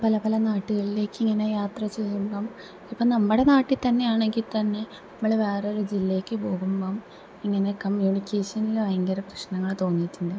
പല പല നാട്ടുകളിലേക്ക് ഇങ്ങനെ യാത്ര ചെയ്യുമ്പം ഇപ്പം നമ്മുടെ നാട്ടിൽ തന്നെയാണെങ്കിൽ തന്നെ നമ്മള് വേറെ ഒരു ജില്ലക്ക് പോകുമ്പം ഇങ്ങനെ കമ്മ്യൂണിക്കേഷനില് ഭയങ്കര പ്രശ്നങ്ങള് തോന്നിയിട്ടുണ്ട്